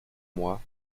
moi